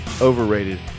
overrated